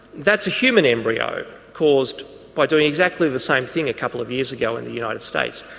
that's a human embryo caused by doing exactly the same thing a couple of years ago in the united states.